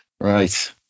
Right